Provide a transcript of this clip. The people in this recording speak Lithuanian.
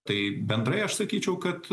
tai bendrai aš sakyčiau kad